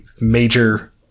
major